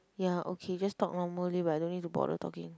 ya okay just talk normally by the way but don't need to bother talking